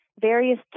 various